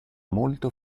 molto